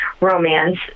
romance